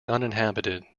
uninhabited